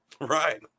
Right